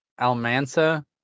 Almansa